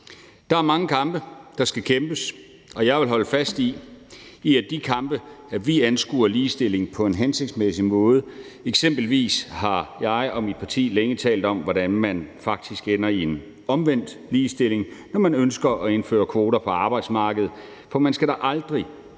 Der er mange kampe, der skal kæmpes, og jeg vil holde fast i, at vi i de kampe anskuer ligestilling på en hensigtsmæssig måde. Eksempelvis har jeg og mit parti længe talt om, hvordan man faktisk ender med en omvendt ligestilling, når man ønsker at indføre kvoter på arbejdsmarkedet, for man skal da aldrig,